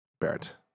Barrett